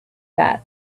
that